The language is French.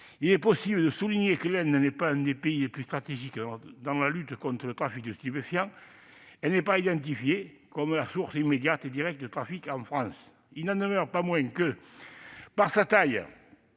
de ses maillages. Si l'Inde n'est pas l'un des pays les plus stratégiques dans la lutte contre le trafic de stupéfiants- elle n'est pas identifiée comme la source immédiate et directe de trafics en France -, il n'en demeure pas moins que, par sa taille